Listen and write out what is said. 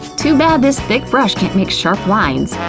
too bad this thick brush can't make sharp lines.